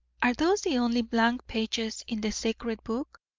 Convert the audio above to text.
are those the only blank places in the sacred book?